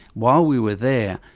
while we were there,